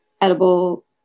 edible